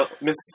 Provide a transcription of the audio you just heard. Miss